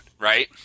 right